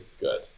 good